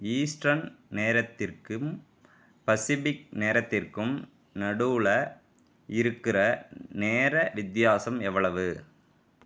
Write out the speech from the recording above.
eastern நேரத்திற்கும் Pacific நேரத்திற்கும் நடுவில் இருக்கிற நேர வித்தியாசம் எவ்வளவு